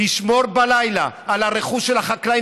לשמור בלילה על הרכוש של החקלאים,